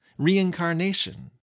reincarnation